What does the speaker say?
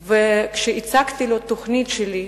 כשהצגתי לו תוכנית שלי,